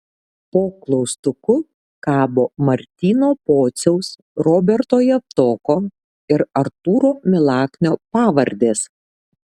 po klaustuku kabo martyno pociaus roberto javtoko ir artūro milaknio pavardės